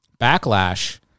backlash